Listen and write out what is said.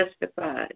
justified